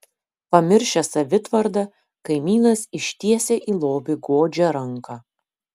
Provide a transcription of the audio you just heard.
pamiršęs savitvardą kaimynas ištiesia į lobį godžią ranką